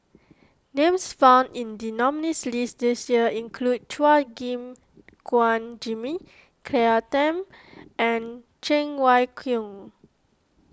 names found in the nominees' list this year include Chua Gim Guan Jimmy Claire Tham and Cheng Wai Keung